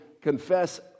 confess